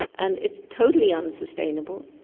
and it's totally unsustainable.